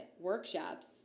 workshops